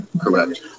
correct